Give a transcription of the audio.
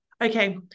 Okay